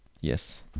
yes